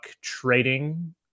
trading